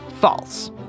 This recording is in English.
false